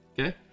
okay